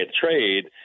trade